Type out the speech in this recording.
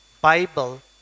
Bible